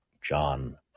John